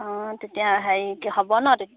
অঁ তেতিয়া হেৰি কি হ'ব ন তেতিয়া